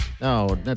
No